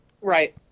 right